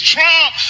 Trump